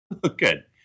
Good